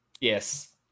yes